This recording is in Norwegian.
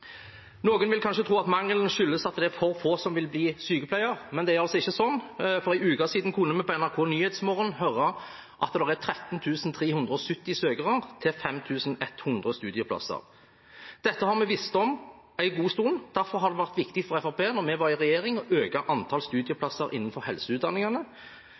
Noen vil kanskje tro at mangelen skyldes at det er for få som vil bli sykepleiere, men det er ikke sånn. For en uke siden kunne vi på NRKs Nyhetsmorgen høre at det er 13 370 søkere til 5 100 studieplasser. Dette har vi visst om en god stund, derfor var det viktig for Fremskrittspartiet da vi var i regjering, å øke antall studieplasser innenfor helseutdanningene.